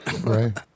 Right